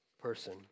person